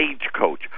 stagecoach